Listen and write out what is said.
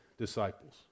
disciples